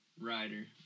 Rider